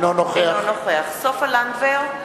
אינו נוכח סופה לנדבר,